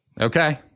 Okay